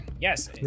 Yes